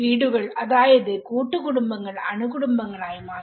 വീടുകൾ അതായത് കൂട്ടുകുടുംബങ്ങൾ അണുകുടുംബങ്ങൾ ആയി മാറി